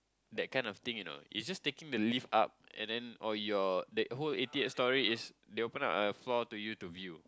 that kind of thing you know it's just taking the lift up and then on your the whole eighty eight stories they open up a floor for you to view